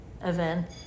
event